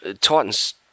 Titans